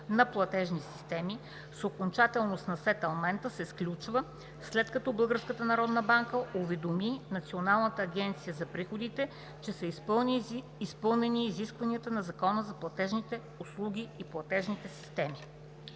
на платежна система с окончателност на сетълмента се сключва, след като Българската народна банка уведоми Националната агенция за приходите, че са изпълнени изискванията на Закона за платежните услуги и платежните системи.“